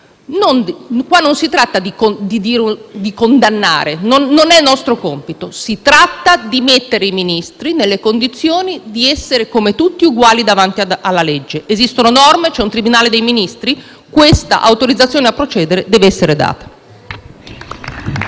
qui non si tratta di condannare, perché non è nostro compito; si tratta di mettere i Ministri nelle condizioni di essere, come tutti, uguali davanti alla legge. Esistono norme, c'è un tribunale dei Ministri. Questa autorizzazione a procedere deve essere data.